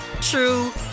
true